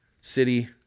city